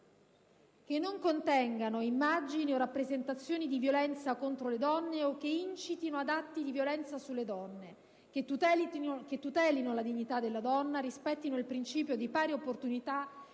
che non contengano immagini o rappresentazioni di violenza contro le donne o che incitino ad atti di violenza sulle donne; che tutelino la dignità della donna; che rispettino il principio di pari opportunità;